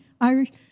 Irish